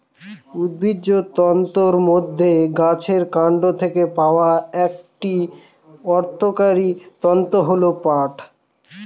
উদ্ভিজ্জ তন্তুর মধ্যে গাছের কান্ড থেকে পাওয়া একটি অর্থকরী তন্তু হল পাট